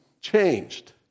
changed